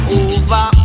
over